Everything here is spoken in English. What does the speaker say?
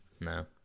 No